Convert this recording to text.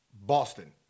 Boston